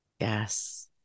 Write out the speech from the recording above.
Yes